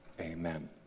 amen